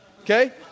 okay